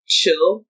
chill